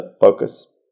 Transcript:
Focus